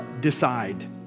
decide